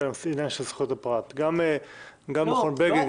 העניין של זכויות הפרט גם מכון בגין,